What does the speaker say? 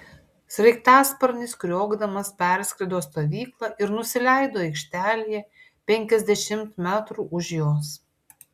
sraigtasparnis kriokdamas perskrido stovyklą ir nusileido aikštelėje penkiasdešimt metrų už jos